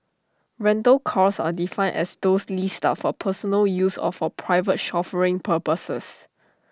rental cars are defined as those leased out for personal use or for private chauffeuring purposes